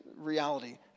reality